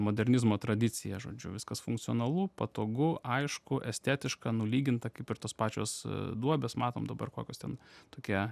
modernizmo tradicija žodžiu viskas funkcionalu patogu aišku estetiška nulyginta kaip ir tos pačios duobės matom dabar kokios ten tokia